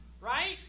right